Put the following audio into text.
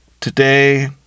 Today